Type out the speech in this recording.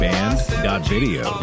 Band.video